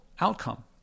outcome